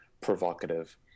provocative